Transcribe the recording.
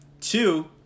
Two